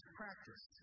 practice